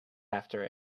after